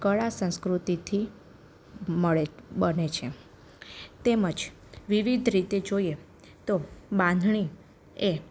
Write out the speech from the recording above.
કળા સંસ્કૃતિથી મળે બને છે તેમજ વિવિધ રીતે જોઈએ તો બાંધણી એ